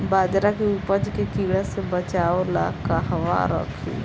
बाजरा के उपज के कीड़ा से बचाव ला कहवा रखीं?